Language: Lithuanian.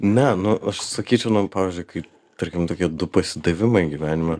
ne nu aš sakyčiau man pavyzdžiui kaip tarkim tokie du pasidavimai gyvenime